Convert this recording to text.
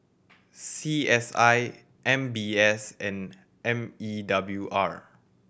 C S I M B S and M E W R